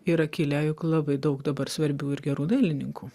yra kilę juk labai daug dabar svarbių ir gerų dailininkų